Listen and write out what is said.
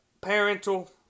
parental